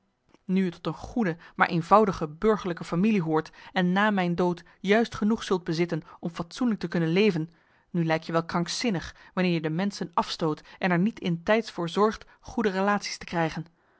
je tot een goede maar eenvoudige burgerlijke familie hoort en na mijn dood juist genoeg zult bezitten om fatsoenlijk te kunnen leven nu lijk je wel krankzinnig wanneer je de menschen afstoot en er niet in tijds voor zorgt goede relatie's te krijgen